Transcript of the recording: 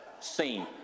Seen